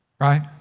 right